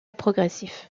progressif